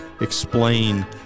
explain